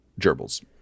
gerbils